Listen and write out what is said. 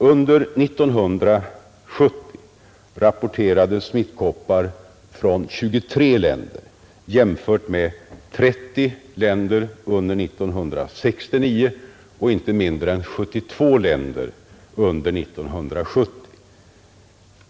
Under 1970 rapporterades smittkoppor från 23 länder jämfört med 30 länder under 1969 och inte mindre än 72 länder under 1970.